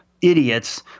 idiots